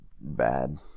bad